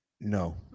No